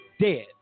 dead